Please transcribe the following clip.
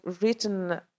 written